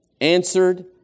Answered